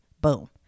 Boom